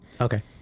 Okay